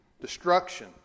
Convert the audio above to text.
destruction